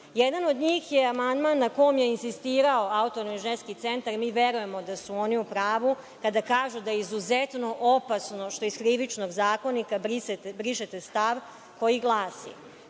Jedan od njih je amandman na kom je insistirao Autonomni ženski centar. Mi verujemo da su oni u pravu kada kažu da je izuzetno opasno što iz Krivičnog zakonika brišete stav koji glasi